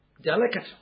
delicate